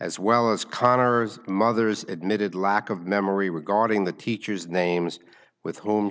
as well as connor's mother is admitted lack of memory regarding the teacher's names with whom